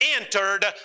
entered